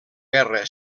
guerra